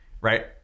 Right